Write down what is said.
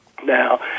Now